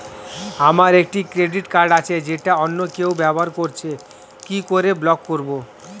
আমার একটি credit card আছে যেটা অন্য কেউ ব্যবহার করছে কি করে ব্লক করবো?